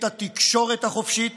את התקשורת החופשית,